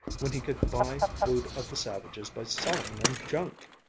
when he could buy food of the savages by selling them junk.